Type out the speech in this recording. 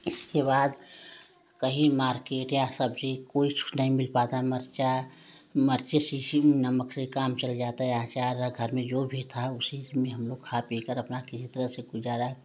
इसके बाद कहीं मार्किट या सब्ज़ी कुछ नहीं मिल पाता मिर्च मिर्च से नमक से काम चल जाता है अचार या घर जो भी था उसी में अपना खा पी कर किसी तरह